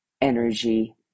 energy